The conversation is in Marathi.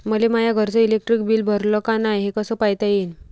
मले माया घरचं इलेक्ट्रिक बिल भरलं का नाय, हे कस पायता येईन?